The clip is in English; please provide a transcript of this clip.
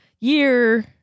Year